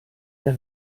der